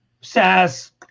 SaaS